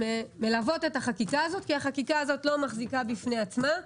מלוות את החקיקה הזאת כי החקיקה הזאת לא מחזיקה בפני עצמה.